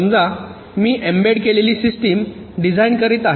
समजा मी एम्बेड केलेली सिस्टम डिझाइन करीत आहे